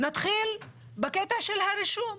נתחיל בקטע של הרישום.